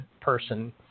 person